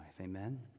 amen